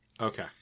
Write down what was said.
Okay